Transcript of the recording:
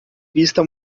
vista